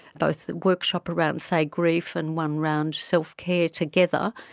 both the workshop around, say, grief, and one around self-care together,